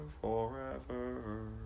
forever